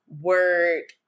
work